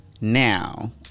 Now